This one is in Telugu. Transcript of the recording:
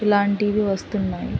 ఇలాంటివి వస్తున్నాయి